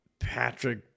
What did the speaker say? Patrick